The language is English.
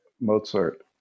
Mozart